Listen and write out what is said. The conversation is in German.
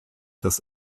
das